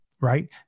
right